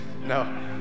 no